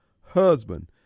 husband